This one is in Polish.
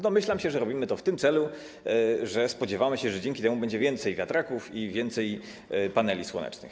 Domyślam się, że robimy to w tym celu, że spodziewamy się, że dzięki temu będzie więcej wiatraków i więcej paneli słonecznych.